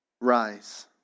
rise